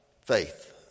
faith